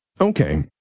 Okay